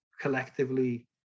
collectively